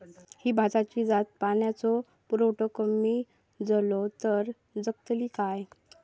ही भाताची जात पाण्याचो पुरवठो कमी जलो तर जगतली काय?